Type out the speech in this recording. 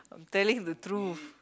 I'm telling the truth